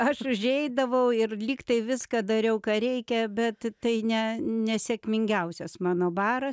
aš užeidavau ir lyg tai viską dariau ką reikia bet tai ne nesėkmingiausias mano baras